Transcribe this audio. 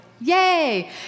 Yay